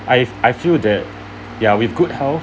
I I feel that ya with good health